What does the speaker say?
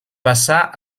passà